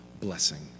blessing